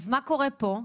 אז מה קורה פה?